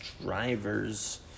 drivers